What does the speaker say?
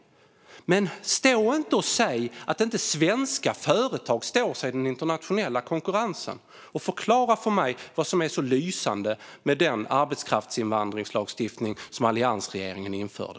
Men stå inte och säg att svenska företag inte står sig i den internationella konkurrensen! Och förklara för mig vad som är så lysande med den arbetskraftsinvandringslagstiftning som alliansregeringen införde.